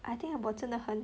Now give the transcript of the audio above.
I think 我真的很